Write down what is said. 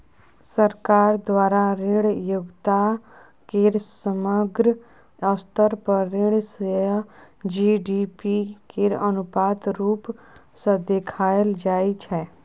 सरकार द्वारा ऋण योग्यता केर समग्र स्तर पर ऋण सँ जी.डी.पी केर अनुपात रुप सँ देखाएल जाइ छै